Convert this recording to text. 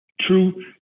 true